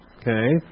Okay